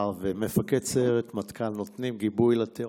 ומפקד סיירת מטכ"ל נותנים גיבוי לטרור?